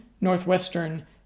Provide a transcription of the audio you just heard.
Northwestern